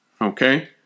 Okay